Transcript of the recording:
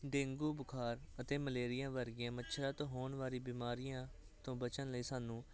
dengue ਬੁਖਾਰ ਅਤੇ ਮਲੇਰੀਆਂ ਵਰਗੀਆਂ ਮੱਛਰਾਂ ਤੋਂ ਹੋਣ ਵਾਲੀ ਬਿਮਾਰੀਆਂ ਤੋਂ ਬਚਣ ਲਈ ਸਾਨੂੰ